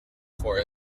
for